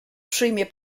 przyjmie